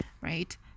right